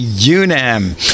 Unam